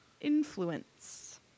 influence